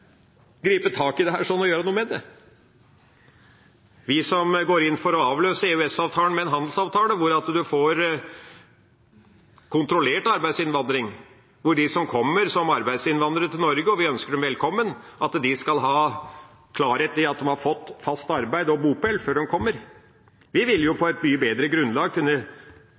gripe tak i dette og gjøre noe med det. Vi går inn for å avløse EØS-avtalen med en handelsavtale hvor en får kontrollert arbeidsinnvandring, hvor de som kommer som arbeidsinnvandrere til Norge – og vi ønsker dem velkommen – skal ha klarhet i at de har fått fast arbeid og bopel før de kommer. Vi vil på et mye bedre grunnlag kunne